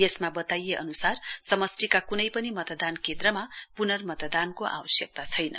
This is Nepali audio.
यसमा बताइए अनुसार समष्टिका कुनै पनि मतदान केन्द्रहरूमा पुनमर्तदानको आवश्यकता छैन